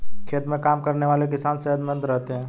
खेत में काम करने वाले किसान सेहतमंद रहते हैं